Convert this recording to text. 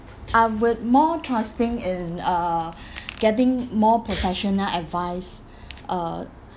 I would more trusting in uh getting more professional advice uh